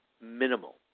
minimal